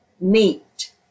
meet